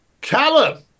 Callum